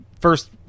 first